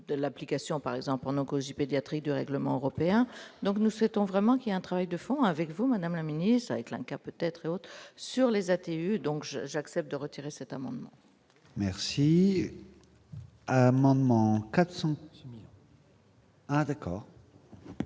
de l'application, par exemple en oncologie pédiatrique du règlement européen, donc nous souhaitons vraiment qu'il y a un travail de fond avec vous, Madame la Ministre, avec Lanka peut-être sur les athées, donc je j'accepte de retirer cet amendement. Merci. Amendement 400. Oui non